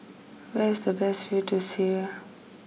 where is the best view to Syria